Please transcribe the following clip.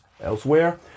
elsewhere